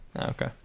Okay